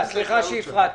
סליחה שהפרעתי.